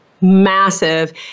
massive